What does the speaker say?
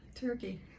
turkey